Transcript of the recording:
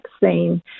vaccine